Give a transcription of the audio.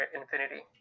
infinity